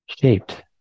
shaped